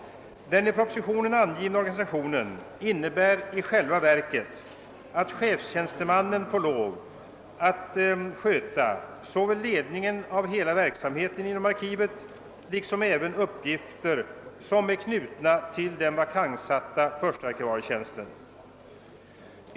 Den i propositionen angivna organisationen innebär i själva verket att chefstjänstemannen får lov att sköta såväl ledningen av hela verksamheten inom arkivet som även uppgifter som är knutna till den vakanssatta förste arkivarietjänsten.